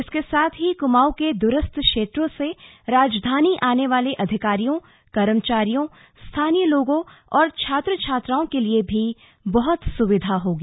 इसके साथ ही कुमाऊं के द्रस्थ क्षेत्रों राजधानी आने वाले अधिकारियों कर्मचारियों स्थानीय लोगो और छात्र छात्राओं के लिए भी बहत सुविधा होगी